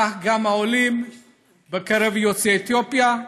כך גם העולים מקרב יוצאי אתיופיה,